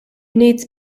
needs